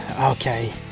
okay